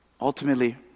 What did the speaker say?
Ultimately